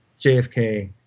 JFK